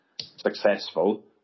successful